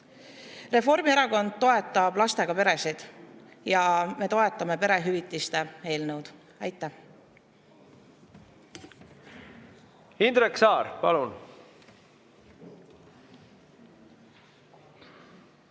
Reformierakond toetab lastega peresid ja me toetame perehüvitiste [seaduse] eelnõu. Aitäh!